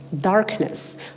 darkness